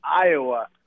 Iowa